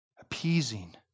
Appeasing